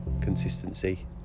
consistency